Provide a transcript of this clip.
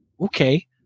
okay